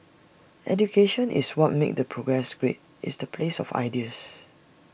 education is what makes the progress great it's the place of ideas